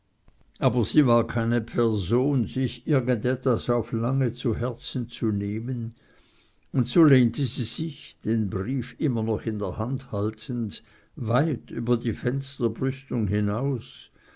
aber sie war keine person sich irgendwas auf lange zu herzen zu nehmen und so lehnte sie sich den brief immer noch in der hand haltend weit über die fensterbrüstung hinaus